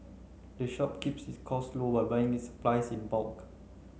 the shop keeps its costs low by buying its supplies in bulk